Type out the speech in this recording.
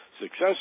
Success